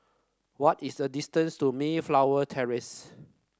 what is the distance to Mayflower Terrace